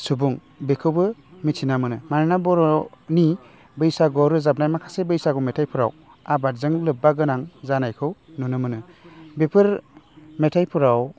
सुबुं बेखौबो मिथिना मोनो मानोना बर'आव बर'नि बैसागुआव रोजाबनाय माखासे बैसागु मेथाइफोराव आबादजों लोब्बा गोनां जानायखौ नुनो मोनो बेफोर मेथाइफोराव